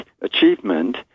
achievement